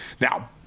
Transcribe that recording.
Now